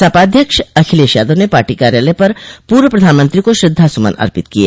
सपा अध्यक्ष अखिलेश यादव ने पार्टी कार्यालय पर पूर्व प्रधानमंत्री को श्रद्धा सुमन अर्पित किये